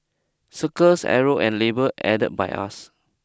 circle arrow and labels added by us